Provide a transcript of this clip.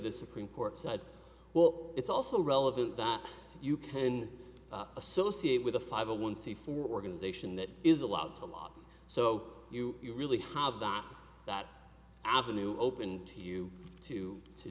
the supreme court said well it's also relevant that you can associate with a five a one c four organization that is a lot a lot so you really have that that avenue open to you to to